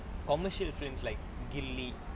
commercial films like ghilli